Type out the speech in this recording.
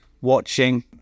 watching